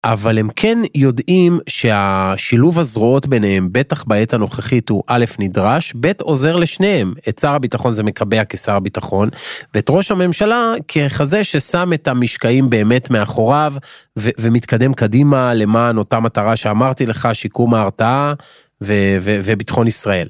אבל הם כן יודעים שהשילוב הזרועות ביניהם בטח בעת הנוכחית הוא א', נדרש, ב', עוזר לשניהם. את שר הביטחון, זה מקבע כשר הביטחון, ואת ראש הממשלה ככזה ששם את המשקעים באמת מאחוריו, ומתקדם קדימה למען אותה מטרה שאמרתי לך, שיקום ההרתעה, וביטחון ישראל.